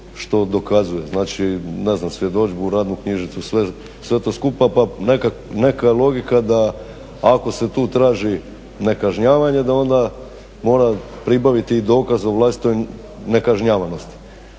što dokazuje, znači svjedodžbu, radnu knjižicu, sve to skupa pa neka je logika da ako se tu traži nekažnjavanje da onda mora pribaviti i dokaz o vlastitoj nekažnjavanosti.